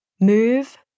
Move